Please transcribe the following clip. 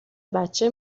بچه